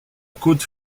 cote